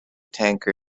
tanker